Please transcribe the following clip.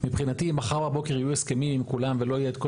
מבחינתי אם מחר בבוקר יהיו הסכמים עם כולם ולא יהיה את כל